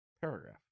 paragraph